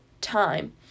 Time